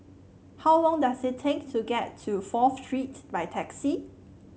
how long does it take to get to Fourth Street by taxi